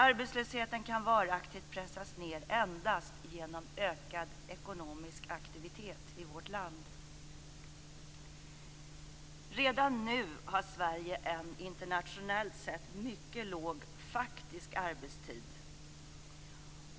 Arbetslösheten kan varaktigt pressas ned endast genom ökad ekonomisk aktivitet i vårt land. Redan nu har Sverige en internationellt sett mycket låg faktisk arbetstid.